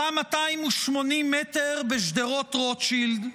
סע 280 מטר בשדרות רוטשילד,